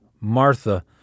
Martha